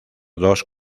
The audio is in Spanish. dos